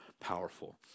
powerful